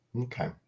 Okay